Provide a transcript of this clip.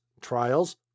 trials